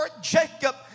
Jacob